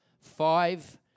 five